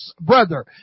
brother